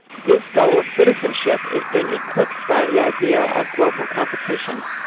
this goal of citizenship is being eclipsed by the idea of global competition.